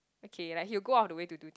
okay like he will go out of the way to do